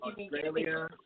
Australia